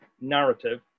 narrative